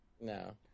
No